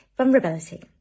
Vulnerability